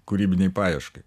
kūrybinei paieškai